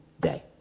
day